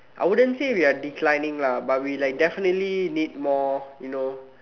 I wouldn't say we are declining lah but we like definitely need more you know